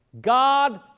God